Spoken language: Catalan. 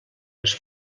les